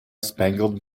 spangled